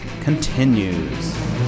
continues